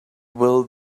will